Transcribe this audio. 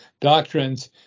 doctrines